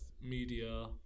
media